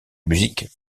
musique